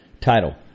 Title